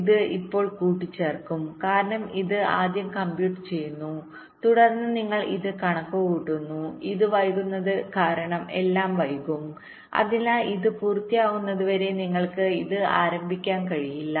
ഇത് ഇപ്പോൾ കൂട്ടിച്ചേർക്കും കാരണം ഇത് ആദ്യം കമ്പ്യൂട്ട് ചെയ്യുന്നു തുടർന്ന് നിങ്ങൾ ഇത് കണക്കുകൂട്ടുന്നു ഇത് വൈകുന്നത് കാരണം എല്ലാം വൈകും അതിനാൽ ഇത് പൂർത്തിയാകുന്നതുവരെ നിങ്ങൾക്ക് ഇത് ആരംഭിക്കാൻ കഴിയില്ല